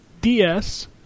DS